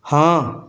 ਹਾਂ